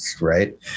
right